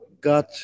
got